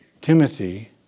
Timothy